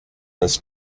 this